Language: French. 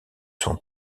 son